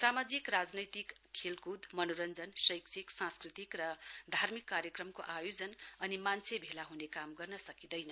सामाजिक राजनैतिक खेलक्द मनोरञ्जन शैक्षिक सांस्कृतिक र धार्मिक कार्यक्रमको आयोजना पनि मान्छे भेला ह्ने काम गर्न सकिन्दैन